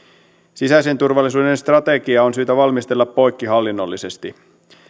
sisäisen turvallisuuden strategia on syytä valmistella poikkihallinnollisesti